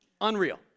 Unreal